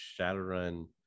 Shadowrun